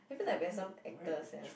I feel like we are some actor sia